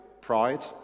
pride